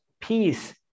peace